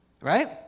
right